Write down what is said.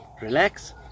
relax